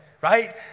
right